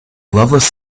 loveless